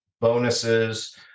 bonuses